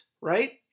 right